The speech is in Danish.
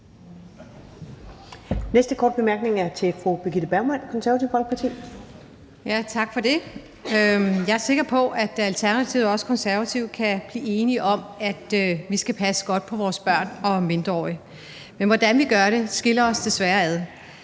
Næste korte bemærkning er til fru Birgitte Bergman, Det Konservative Folkeparti. Kl. 19:53 Birgitte Bergman (KF): Tak for det. Jeg er sikker på, at Alternativet og Konservative kan blive enige om, at vi skal passe godt på vores børn og mindreårige. Men hvordan vi gør det, skiller os desværre ad.